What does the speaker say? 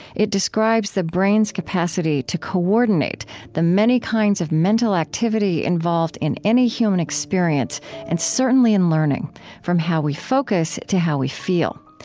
it describes the brain's capacity to coordinate the many kinds of mental activity involved in any human experience and certainly in learning from how we focus to how we feel.